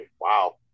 wow